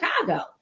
Chicago